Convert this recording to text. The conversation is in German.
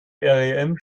rem